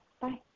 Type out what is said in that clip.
Bye